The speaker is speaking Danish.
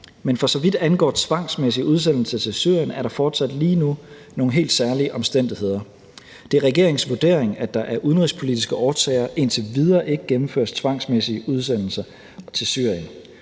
men for så vidt angår en tvangsmæssig udsendelse til Syrien, er der fortsat lige nu nogle helt særlige omstændigheder. Det er regeringens vurdering, at der af udenrigspolitiske årsager indtil videre ikke gennemføres tvangsmæssige udsendelser til Syrien,